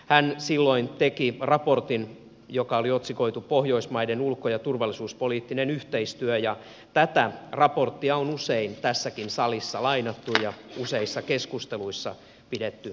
hän silloin teki raportin joka oli otsikoitu pohjoismaiden ulko ja turvallisuuspoliittinen yhteistyö ja tätä raporttia on usein tässäkin salissa lainattu ja useissa keskusteluissa pidetty esillä